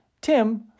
Tim